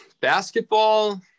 Basketball